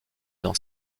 dans